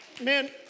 Man